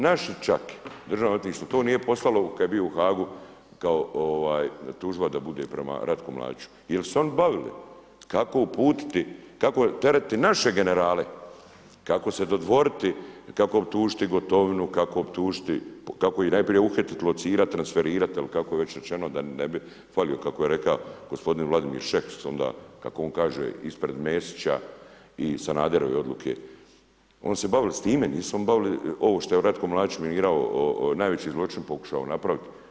Naše čak, Državno odvjetništvo to nije poslalo kada je bio u HAG-u tužba da bude prema Ratku Mladiću, jer su se oni bagvili, kako uputiti, kako teretiti naše generale, kako se dodvoriti, kako optužiti Gotovinu, kako ih najprije uhititi, locirati, transferirati, jer kako je već rečeno, da ne bi falio, kako je rekao, gospodin Vladimir Šeks, onda kako on kaže, ispred Mesića i Sanaderove odluke, oni su se bavili s time, nisu se oni bavili ovo što je Ratko Mladić minirao, najveći zloćin pokušao napraviti.